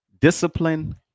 discipline